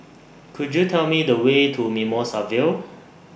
Could YOU Tell Me The Way to Mimosa Vale